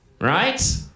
right